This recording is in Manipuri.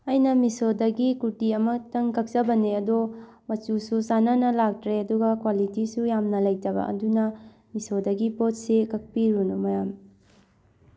ꯑꯩꯅ ꯃꯤꯁꯣꯗꯒꯤ ꯀꯨꯔꯇꯤ ꯑꯃꯇꯪ ꯀꯛꯆꯕꯅꯦ ꯑꯗꯣ ꯃꯆꯨꯁꯨ ꯆꯥꯟꯅꯅ ꯂꯥꯛꯇ꯭ꯔꯦ ꯑꯗꯨꯒ ꯀ꯭ꯋꯥꯂꯤꯇꯤꯁꯨ ꯌꯥꯝꯅ ꯂꯩꯇꯕ ꯑꯗꯨꯅ ꯃꯤꯁꯣꯗꯒꯤ ꯄꯣꯠꯁꯤ ꯀꯛꯄꯤꯔꯨꯅꯨ ꯃꯌꯥꯝ